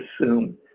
assume